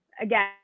again